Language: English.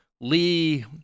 Lee